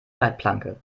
leitplanke